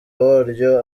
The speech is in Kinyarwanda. waryo